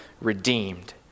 redeemed